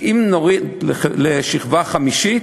אם נוריד לשכבה חמישית,